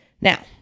Now